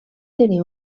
tenir